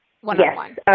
One-on-one